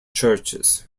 churches